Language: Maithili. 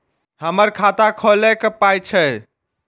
हमर खाता खौलैक पाय छै